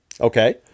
Okay